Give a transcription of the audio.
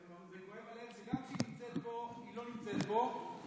כואב הלב שגם כשהיא נמצאת פה היא לא נמצאת פה,